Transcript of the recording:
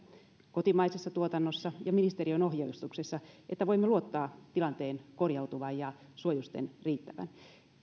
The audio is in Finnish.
kotimaisessa tuotannossa ja ministeriön ohjeistuksessa että voimme luottaa tilanteen korjautuvan ja suojusten riittävän